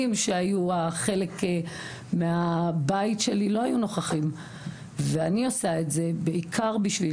שהיו החלק מהבית שלי לא היו נוכחים ואני עושה את זה בעיקר בשביל